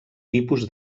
tipus